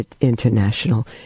International